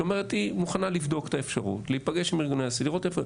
שאומרת שהיא מוכנה לבדוק את האפשרות להיפגש עם ארגוני הסיוע.